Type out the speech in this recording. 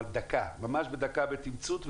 ממש בתמצות,